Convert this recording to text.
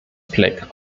fleck